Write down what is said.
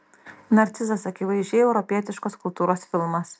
narcizas akivaizdžiai europietiškos kultūros filmas